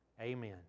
Amen